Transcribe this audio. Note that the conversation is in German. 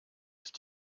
ist